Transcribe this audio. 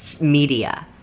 media